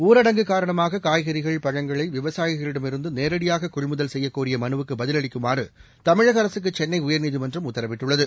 ஊரடங்கு காரணமாக காய்கறிகள் பழங்களை விவசாயிகளிடமிருந்து நேரடியாக கொள்முதல் செய்யக்கோரிய மனுவுக்கு பதிலளிக்குமாறு தமிழக அரசுக்கு சென்னை உயா்நீதிமன்றம் உத்தரவிட்டுள்ளது